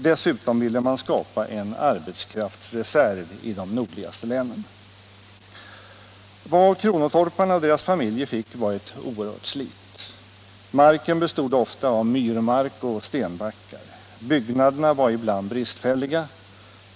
Dessutom ville man skapa en arbetskraftsreserv i de nordligaste länen. Vad kronotorparna och deras familjer fick var ett oerhört slit. Marken bestod ofta av myrmark och stenbackar. Byggnaderna var ibland bristfälliga.